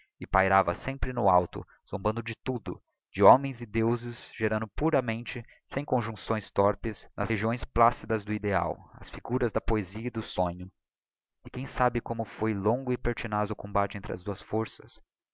e pairava sempre no alto zombando de tudo de homens e deuses gerando puramente sem conjuncções torpes nas regiões plácidas do ideal as figuras da poesia e do sonho e quem sabe como foi longo e pertinaz o combate entre as duas forças